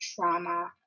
trauma